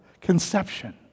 Conception